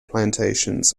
plantations